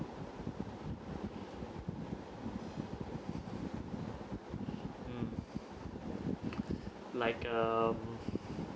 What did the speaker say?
mm like um